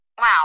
Wow